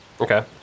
Okay